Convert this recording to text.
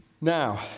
Now